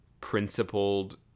principled